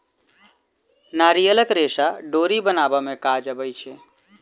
नारियलक रेशा डोरी बनाबअ में काज अबै छै